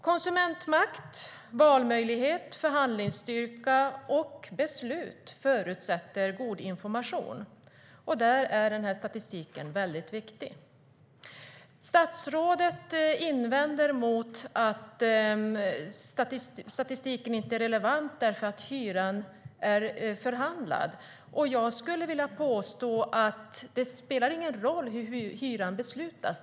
Konsumentmakt, valmöjligheter, förhandlingsstyrka och beslut förutsätter god information. Där är den här statistiken väldigt viktig. Statsrådet invänder att statistiken inte är relevant eftersom hyran är förhandlad. Jag skulle vilja påstå att det inte spelar någon roll hur hyran beslutas.